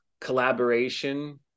collaboration